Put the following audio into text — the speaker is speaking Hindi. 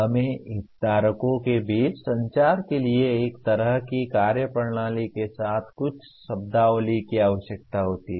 हमें हितधारकों के बीच संचार के लिए एक तरह की कार्यप्रणाली के साथ साथ कुछ शब्दावली की आवश्यकता होती है